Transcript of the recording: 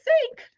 sink